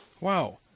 Wow